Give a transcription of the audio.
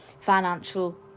financial